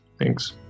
Thanks